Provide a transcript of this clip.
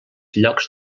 llocs